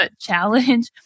challenge